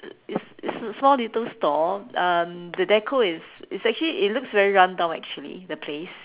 it's it's a small little store um the deco is is actually it looks very run down actually the place